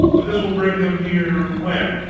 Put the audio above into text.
this will bring them here when?